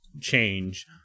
change